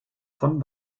von